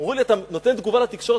אמרו לי: אתה נותן תגובה לתקשורת.